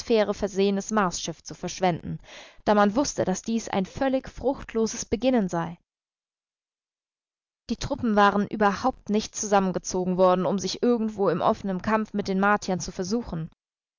versehenes marsschiff zu verschwenden da man wußte daß dies ein völlig fruchtloses beginnen sei die truppen waren überhaupt nicht zusammengezogen worden um sich irgendwo in offenem kampf mit den martiern zu versuchen